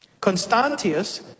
Constantius